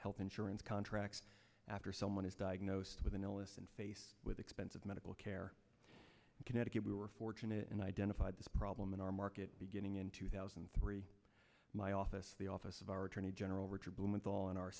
health insurance contracts after someone is diagnosed with an illness and faced with expensive medical care in connecticut we were fortunate and identified this problem in our market beginning in two thousand and three my office the office of our attorney general richard blumenthal in our